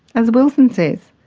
as wilson says,